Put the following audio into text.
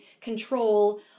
control